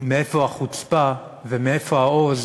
מאיפה החוצפה ומאיפה העוז